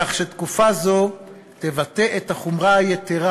כך שתקופה זו תבטא את החומרה היתרה